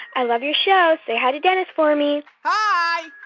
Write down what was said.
i love your show. say hi to dennis for me hi